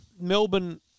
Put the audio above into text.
Melbourne